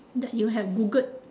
that you have googled